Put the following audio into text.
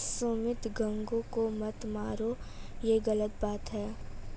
सुमित घोंघे को मत मारो, ये गलत बात है